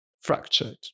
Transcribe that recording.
fractured